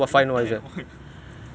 water and oil